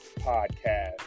podcast